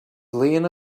lena